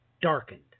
darkened